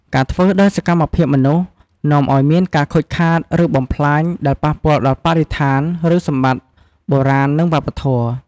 ការធ្វើដោយសកម្មភាពមនុស្ស នាំអោយមានការខូចខាត ឬបំផ្លាញ ដែលប៉ះពាល់ដល់បរិស្ថាន ឬសម្បត្តិបុរាណ និងវប្បធម៌។